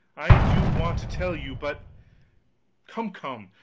i do want to tell you, but come, come,